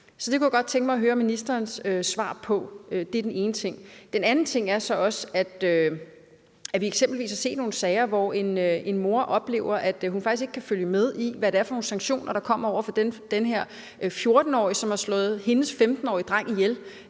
Så det kunne jeg godt tænke mig at høre ministerens svar på. Det er den ene ting. Den anden ting er så også, at vi eksempelvis har set nogle sager, hvor en mor oplever, at hun faktisk ikke kan følge med i, hvad det er for nogle sanktioner, der pålægges den her 14-årige, som har slået hendes 15-årige dreng ihjel.